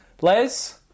Les